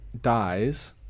dies